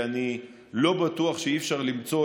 נכון,